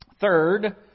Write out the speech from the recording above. Third